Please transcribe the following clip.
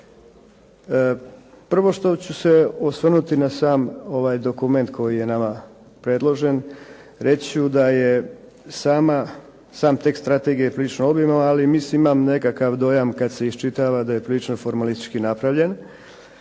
Prvo što ću se osvrnuti na sam ovaj dokument koji je nama predložen. Reći ću da je sam tekst strategije prilično …/Govornik se ne razumije./…, ali mislim, imam nekakav dojam kad se iščitava da je prilično formalistički napravljen,